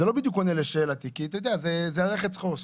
זה לא בדיוק עונה לשאלתי, כי זה ללכת סחור-סחור.